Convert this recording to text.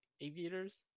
aviators